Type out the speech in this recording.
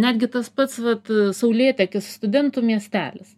netgi tas pats vat saulėtekis studentų miestelis